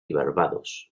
barbados